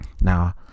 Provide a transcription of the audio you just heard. now